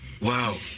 Wow